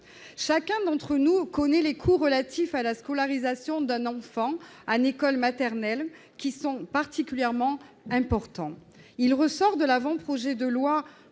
Chacun d'entre nous connaît les coûts relatifs à la scolarisation d'un enfant en école maternelle, qui sont particulièrement importants. Il ressort de l'avant-projet de loi